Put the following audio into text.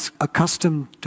accustomed